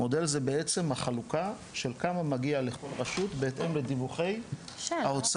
מודל זה בעצם החלוקה של כמה מגיע לכל רשות בהתאם לדיווחי ההוצאות.